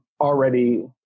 already